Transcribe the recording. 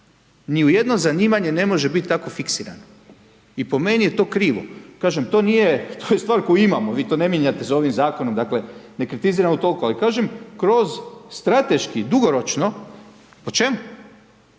Ni u jedno zanimanje ne može biti tako fiksiran i po meni je to krivo. Kažem to je st var koju imamo, vi to ne mijenjate s ovim zakonom, dakle, ne kritiziramo toliko, ali kažem, kroz strateški dugoročno, o čemu